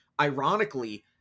ironically